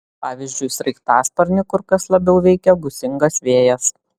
pavyzdžiui sraigtasparnį kur kas labiau veikia gūsingas vėjas